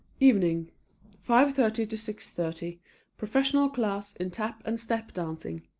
evening five thirty to six thirty professional class in tap and step dancing.